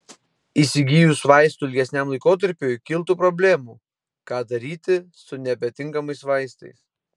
įsigijus vaistų ilgesniam laikotarpiui kiltų problemų ką daryti su nebetinkamais vaistais